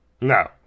No